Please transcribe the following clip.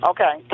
Okay